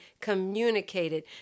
communicated